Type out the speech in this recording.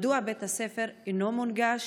1. מדוע בית הספר אינו מונגש?